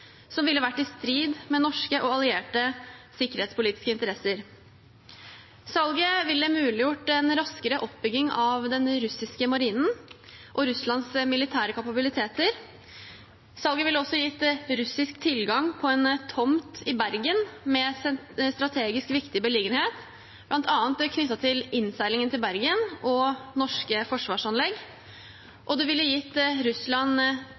som ville vært i strid med norske og allierte sikkerhetspolitiske interesser. Salget ville muliggjort en raskere oppbygging av den russiske marinen og Russlands militære kapabiliteter. Salget ville også gitt russisk tilgang til en tomt i Bergen med strategisk viktig beliggenhet, bl.a. knyttet til innseilingen til Bergen og norske forsvarsanlegg, og det ville gitt Russland